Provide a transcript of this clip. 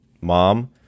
mom